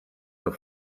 have